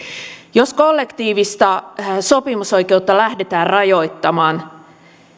jos kollektiivista sopimusoikeutta lähdetään rajoittamaan